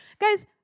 Guys